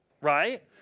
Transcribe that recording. Right